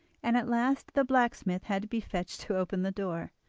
and at last the blacksmith had to be fetched to open the door.